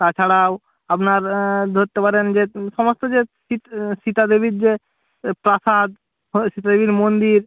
তাছাড়াও আপনার ধরতে পারেন যে সমস্ত যে সীত সীতাদেবীর যে প্রাসাদ হ সীতাদেবীর মন্দির